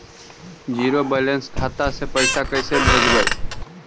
Zero balance खाता से पैसा कैसे भेजबइ?